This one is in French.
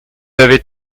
avez